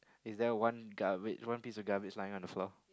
is there one garbage one piece of garbage lying on the floor